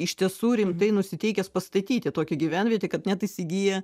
iš tiesų rimtai nusiteikęs pastatyti tokią gyvenvietę kad net įsigyja